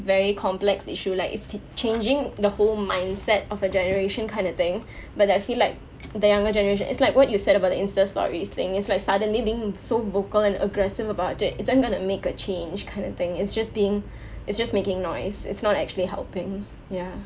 very complex issue like it's changing the whole mindset of a generation kind of thing but I feel like the younger generation it's like what you said about the Insta story thing is like suddenly being so vocal and aggressive about it isn't going to make a change kind of thing it's just being it's just making noise it's not actually helping ya